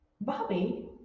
Bobby